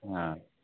ہاں